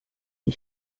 die